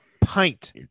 pint